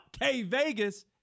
K-Vegas